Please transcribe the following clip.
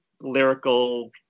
lyrical